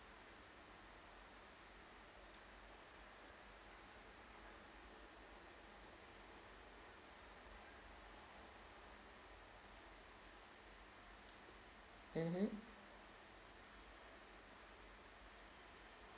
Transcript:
mmhmm